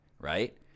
right